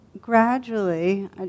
Gradually